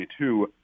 2022